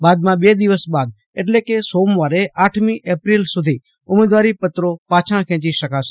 બાદમાં બે દિવસ બાદ એટલે કે સોમવારે આઠમી એપ્રિલ સુધી ઉમેદવારીપત્રો પાછાં ખેંચી શકાશે